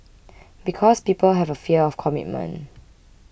because people have a fear of commitment